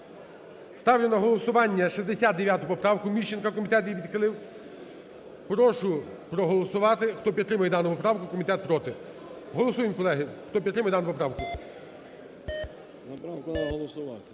ставлю на голосування 69 поправку Міщенка, комітет її відхилив. Прошу проголосувати, хто підтримує дану поправку. Комітет проти. Голосуємо, колеги, хто підтримує дану поправку. 11:58:11 За-163